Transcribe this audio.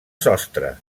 sostre